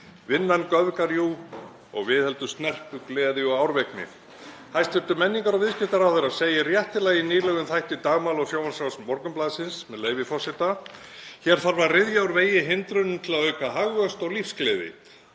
Vinnan göfgar jú og viðheldur snerpu, gleði og árvekni. Hæstv. menningar- og viðskiptaráðherra segir réttilega í nýlegum þætti Dagmála á sjónvarpsrás Morgunblaðsins, með leyfi forseta: „Hér þarf að ryðja úr vegi hindrunum til að auka hagvöxt og lífsgleði.